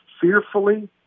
fearfully